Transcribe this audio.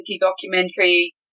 documentary